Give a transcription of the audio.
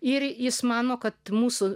ir jis mano kad mūsų